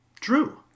True